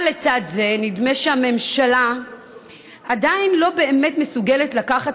אבל לצד זה נדמה שהממשלה עדיין לא באמת מסוגלת לקחת